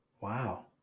wow